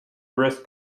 risk